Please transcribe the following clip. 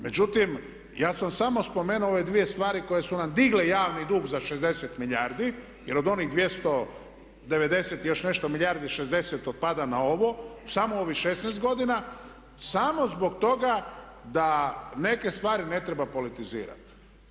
Međutim, ja sam samo spomenuo ove dvije stvari koje su nam digle javni dug za 60 milijardi, jer od onih 290 i još nešto milijardi 60 otpada na ovo, samo u ovih 16 godina, samo zbog toga da neke stvari ne treba politizirati.